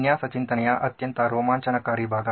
ವಿನ್ಯಾಸ ಚಿಂತನೆಯ ಅತ್ಯಂತ ರೋಮಾಂಚಕಾರಿ ಭಾಗ